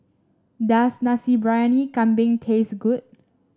does Nasi Briyani Kambing taste good